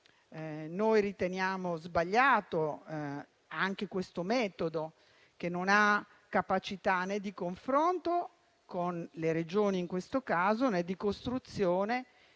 noi riteniamo sbagliato anche questo metodo che non ha capacità né di confronto, con le Regioni in questo caso, né di costruzione